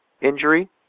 injury